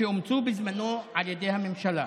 שאומצו בזמנו על ידי הממשלה.